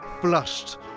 flushed